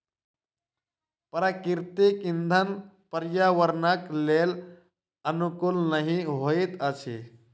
प्राकृतिक इंधन पर्यावरणक लेल अनुकूल नहि होइत अछि